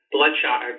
Bloodshot